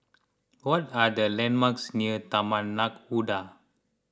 what are the landmarks near Taman Nakhoda